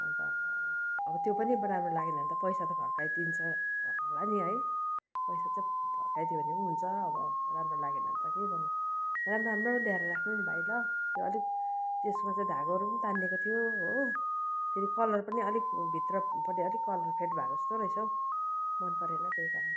अन्त अब त्यो पनि अब राम्रो लागेन भने त पैसा त फर्काइदिन्छ फर्काउला नि है पैसा चाहिँ फर्काइदियो भने पनि हुन्छ अब राम्रो लागेन भने त के गर्नु राम्रो राम्रो ल्याएर राख्नु नि भाइ ल त्यो अलिक त्यसमा चाहिँ धागोहरू पनि तानिएको थियो हो फेरि कलर पनि अलिक भित्रपट्टि अलिक कलर फेड भएको जस्तो रहेछ हो मनपरेन त्यही कारण